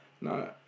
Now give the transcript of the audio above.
No